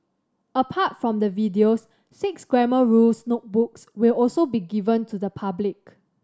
apart from the videos six Grammar Rules notebooks will also be given to the public